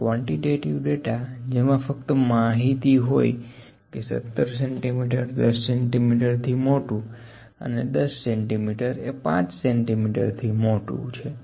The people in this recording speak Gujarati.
અને ક્વોન્ટીટેટીવ ડેટા જેમાં ફક્ત માહિતી હોય કે 17 સેન્ટીમીટર 10 સેન્ટીમીટર થી મોટું અને 10 સેન્ટીમીટર 5 સેન્ટીમીટર થી મોટું છે